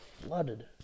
flooded